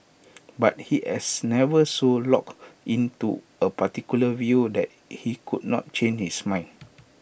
but he is never so locked in to A particular view that he could not change his mind